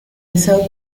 besado